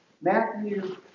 Matthew